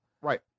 Right